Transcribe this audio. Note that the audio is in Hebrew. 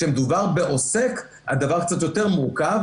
כשמדובר בעוסק, הדבר קצת יותר מורכב.